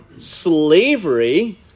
slavery